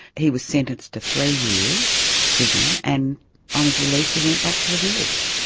he was sentenced to three years prison, and on his release he went back to the village,